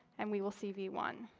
and we will see v one.